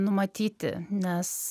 numatyti nes